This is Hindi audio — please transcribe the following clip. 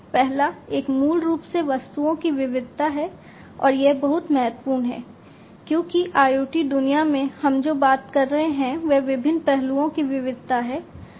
पहला एक मूल रूप से वस्तुओं की विविधता है और यह बहुत महत्वपूर्ण है क्योंकि IoT दुनिया में हम जो बात कर रहे हैं वह विभिन्न पहलुओं की विविधता है